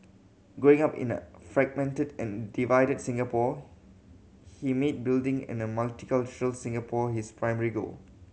growing up in a fragmented and divided Singapore he made building a multicultural Singapore his primary goal